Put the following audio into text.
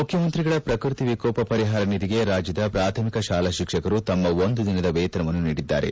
ಮುಖ್ಯಮಂತ್ರಿಗಳ ಪ್ರಕೃತಿ ವಿಕೋಪ ಪರಿಹಾರ ನಿಧಿಗೆ ರಾಜ್ಯದ ಪ್ರಾಥಮಿಕ ಶಾಲಾ ಶಿಕ್ಷಕರು ತಮ್ಮ ಒಂದು ದಿನದ ವೇತನವನ್ನು ನೀಡಿದ್ದಾರೆ